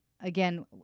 again